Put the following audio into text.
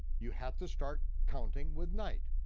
you have to start counting with night,